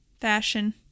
fashion